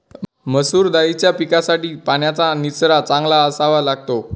मसूर दाळीच्या पिकासाठी पाण्याचा निचरा चांगला असावा लागतो